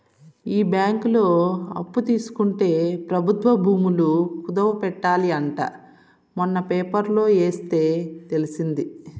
ఈ బ్యాంకులో అప్పు తీసుకుంటే ప్రభుత్వ భూములు కుదవ పెట్టాలి అంట మొన్న పేపర్లో ఎస్తే తెలిసింది